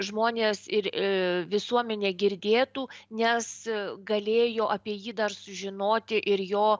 žmonės ir visuomenė girdėtų nes galėjo apie jį dar sužinoti ir jo